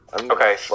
Okay